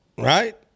Right